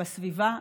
בסביבה,